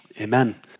amen